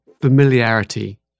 familiarity